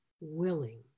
willing